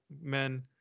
men